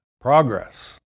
progress